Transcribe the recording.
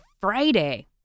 Friday